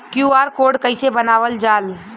QR code कइसे बनवाल जाला?